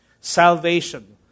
Salvation